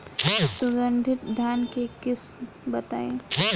सुगंधित धान के किस्म बताई?